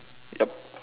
yup